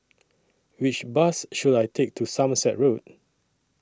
Which Bus should I Take to Somerset Road